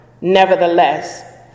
Nevertheless